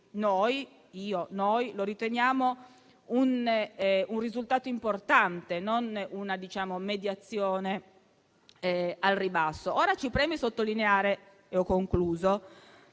rilevanti, noi lo riteniamo un risultato importante, non una mediazione al ribasso. Ora, ci preme sottolineare che questa